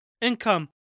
income